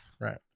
Right